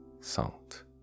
salt